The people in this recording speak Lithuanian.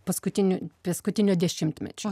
paskutinių paskutinio dešimtmečio